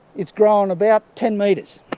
it's grown about ten metres.